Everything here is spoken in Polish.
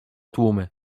tłumy